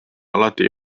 alati